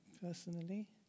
personally